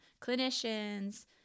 clinicians